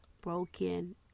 broken